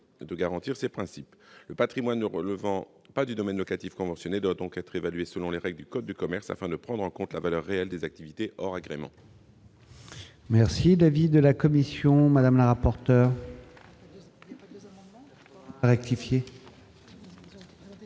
de garantir ces principes. Le patrimoine ne relevant pas du domaine locatif conventionné doit donc être évalué selon les règles du code de commerce afin de prendre en compte la valeur réelle des activités hors agrément.